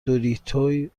دوریتوی